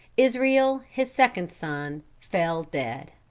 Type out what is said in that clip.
israel, his second son, fell dead.